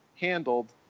handled